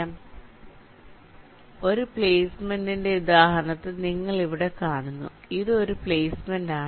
അതിനാൽ ഒരു പ്ലെയ്സ്മെന്റിന്റെ ഈ ഉദാഹരണത്തിൽ നിങ്ങൾ ഇവിടെ കാണുന്നു ഇത് ഒരു പ്ലെയ്സ്മെന്റാണ്